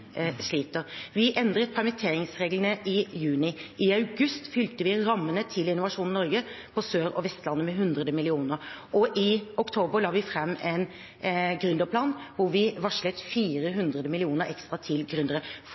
sliter. Vi endret permitteringsreglene i juni. I august fylte vi rammene til Innovasjon Norge på Sør- og Vestlandet med 100 mill. kr, og i oktober la vi fram en gründerplan hvor vi varslet 400 mill. kr ekstra til